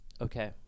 okay